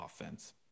offense